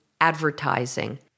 advertising